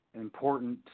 important